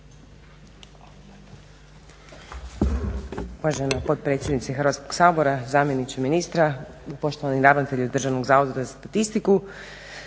Hvala